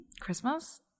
christmas